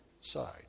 side